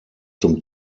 zum